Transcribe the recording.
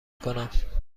کنم